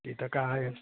तिथं काय आहे